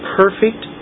perfect